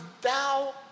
thou